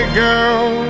girl